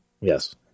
Yes